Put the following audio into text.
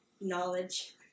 knowledge